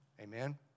Amen